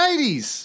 80s